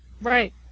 right